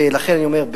לכן אני אומר,